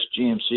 GMC